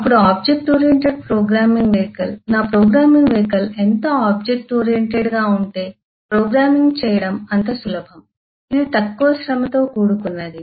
అప్పుడు object oriented programming vehicle నా programming vehicle ఎంత ఆబ్జెక్ట్ ఓరియెంటెడ్ గా ఉంటే ప్రోగ్రామ్ చేయడం అంత సులభం ఇది తక్కువ శ్రమతో కూడుకున్నది